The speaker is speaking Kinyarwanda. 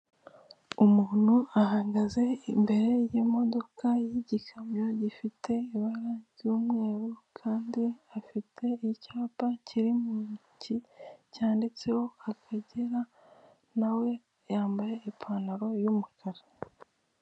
Umuntu ahagaze imbere y'imodoka y'igikamyo gifite ibara ry'umweru kandi afite icyapa kiri mu ntoki, cyanditseho akagera nawe yambaye ipantaro y'umukara.